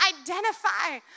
identify